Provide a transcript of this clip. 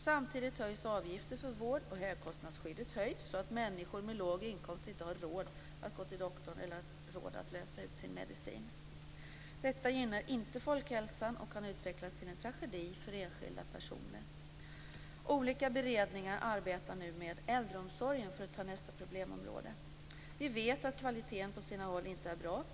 Samtidigt höjs avgifter för vård, och högkostnadsskyddet höjs så att människor med låg inkomst inte har råd att gå till doktorn eller råd att lösa ut sin medicin. Detta gynnar inte folkhälsan och kan utvecklas till en tragedi för enskilda personer. Olika beredningar arbetar nu med äldreomsorgen, för att nu ta nästa problemområde. Vi vet att kvaliteten på sina håll inte är bra.